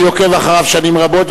אני עוקב אחריו שנים רבות,